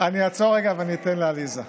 אני אעצור רגע, ואני אתן לעליזה.